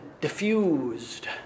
diffused